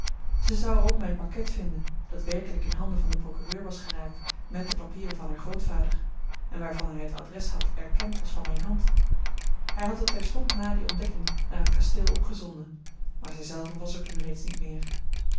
zij zou er ook mijn pakket vinden dat werkelijk in handen van den procureur was geraakt met de papieren van haar grootvader en waarvan hij het adres had erkend als van mijne hand hij had het terstond na die ontdekking naar het kasteel opgezonden maar zij zelve was er toen reeds niet meer